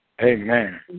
Amen